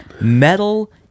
Metal